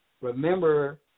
Remember